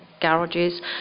garages